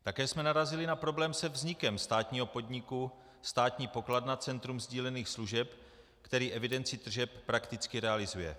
Také jsme narazili na problém se vznikem státního podniku Státní pokladna Centrum sdílených služeb, který evidenci tržeb prakticky realizuje.